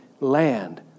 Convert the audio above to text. land